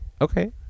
Okay